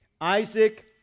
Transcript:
Isaac